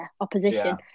opposition